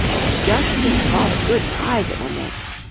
and just think of all the good pies it will make.